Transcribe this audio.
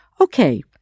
Okay